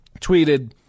tweeted